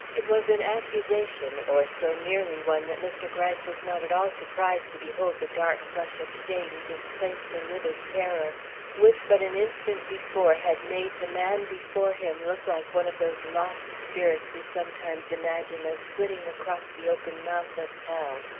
it was an accusation, or so nearly one, that mr. gryce was not at all surprised to behold the dark flush of shame displace the livid terror which but an instant before had made the man before him look like one of those lost spirits we sometimes imagine as flitting across the open mouth of hell.